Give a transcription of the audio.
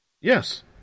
Yes